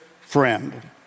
friend